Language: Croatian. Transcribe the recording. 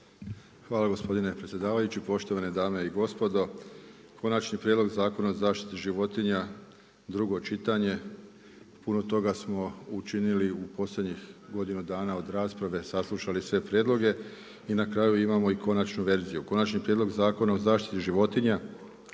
Hvala gospodine predsjedavajući. Poštovane dame i gospodo, Konačni prijedlog Zakona o zaštiti životinja, drugo čitanje, puno toga smo učinili u posljednjih godinu dana od rasprave, saslušali sve prijedloge i na kraju imamo i konačnu verziju. Konačni prijedlog Zakona o zaštiti životinja,